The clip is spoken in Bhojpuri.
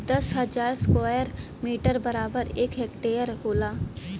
दस हजार स्क्वायर मीटर बराबर एक हेक्टेयर होला